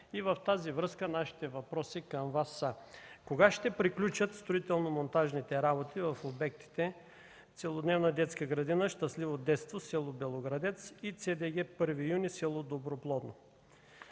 В тази връзка нашите въпроси към Вас са: Кога ще приключат строително-монтажните работи в обектите Целодневна детска градина „Щастливо детство” – с. Белоградец, и ЦДГ „Първи юни” – с. Доброплодно?